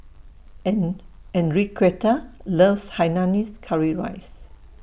An Enriqueta loves Hainanese Curry Rice